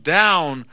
down